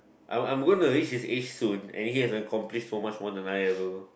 I I'm going to reach his age soon and he has complete so much than I ever will